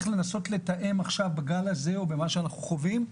בגל הזה שאנחנו חווים,